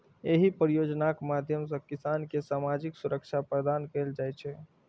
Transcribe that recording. एहि योजनाक माध्यम सं किसान कें सामाजिक सुरक्षा प्रदान कैल जाइ छै